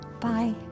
Bye